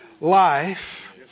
life